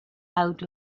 out